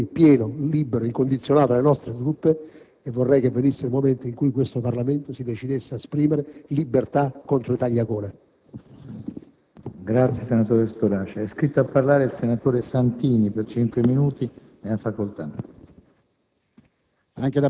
sostegno pieno, libero, incondizionato alle nostre truppe. Vorrei venisse il momento in cui il Parlamento si decidesse ad esprimersi in libertà contro i tagliagole.